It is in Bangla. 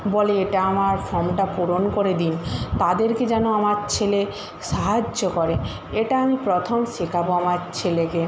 বলে এটা আমার ফর্মটা পূরণ করে দিন তাদেরকে যেন আমার ছেলে সাহায্য করে এটা আমি প্রথম শেখাবো আমার ছেলেকে